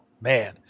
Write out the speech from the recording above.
Man